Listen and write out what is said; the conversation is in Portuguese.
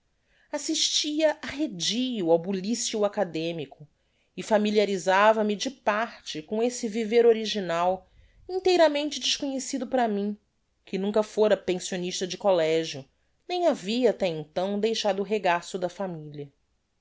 assistia arredio ao bulicio academico e familiarisava me de parte com esse viver original inteiramente desconhecido para mim que nunca fôra pensionista de collegio nem havia até então deixado o regaço da familia